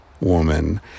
woman